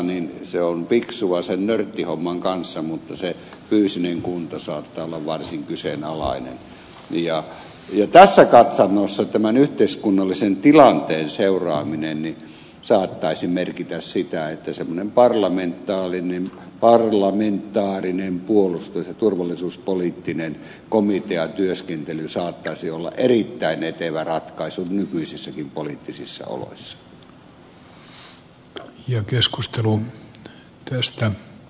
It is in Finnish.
tämä nörttikansa on fiksua sen nörttihomman kanssa mutta se fyysinen kunto saattaa olla varsin kyseenalainen ja tässä katsannossa tämän yhteiskunnallisen tilanteen seuraaminen saattaisi merkitä sitä että semmoinen parlamentaarinen puolustus ja turvallisuuspoliittinen komitea työskentely saattaisi olla erittäin etevä ratkaisu nykyisissäkin poliittisissa oloissa